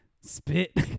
Spit